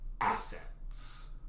assets